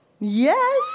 Yes